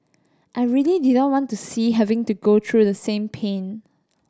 I really did not want to see having to go through the same pain